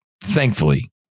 thankfully